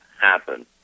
happen